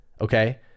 okay